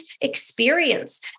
experience